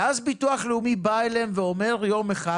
ואז ביטוח לאומי בא אליהם ואומר יום אחד